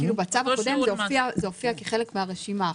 זה הופיע כחלק מהרשימה.